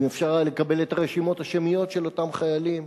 אם אפשר היה לקבל את הרשימות השמיות של אותם חיילים,